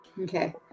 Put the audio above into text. Okay